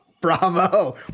Bravo